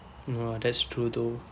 !wah! that's true though